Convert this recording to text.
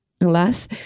Alas